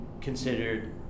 considered